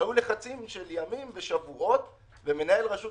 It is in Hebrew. היו לחצים של ימים ושבועות ומנהל רשות